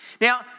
Now